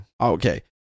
Okay